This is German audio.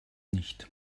nicht